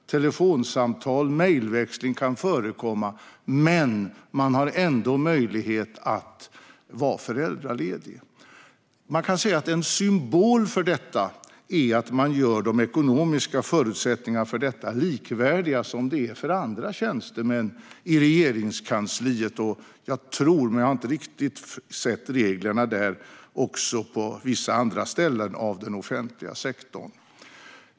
Telefonsamtal och mejlväxling kan förekomma, men statsrådet har ändå möjlighet att vara föräldraledig. Det går att säga att en symbol för detta är att man gör de ekonomiska förutsättningarna för detta likvärdiga med förutsättningarna för andra tjänstemän i Regeringskansliet och även - tror jag, men jag har inte riktigt sett reglerna där - på vissa andra ställen i den offentliga sektorn.